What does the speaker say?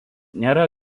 nėra